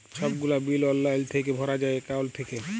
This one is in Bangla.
ছব গুলা বিল অললাইল থ্যাইকে ভরা যায় একাউল্ট থ্যাইকে